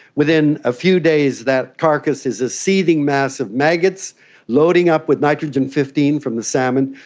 within a few days that carcass is a seething mass of maggots loading up with nitrogen fifteen from the salmon,